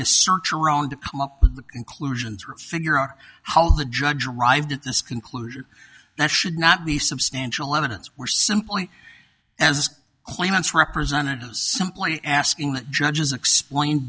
to search around to come up with the conclusions figure out how the judge arrived at this conclusion that should not be substantial evidence or simply as claimants representatives simply asking the judges explain